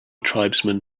tribesman